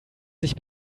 sich